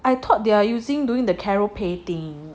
I thought they are using doing the Caroupay thing